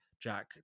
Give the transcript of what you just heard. Jack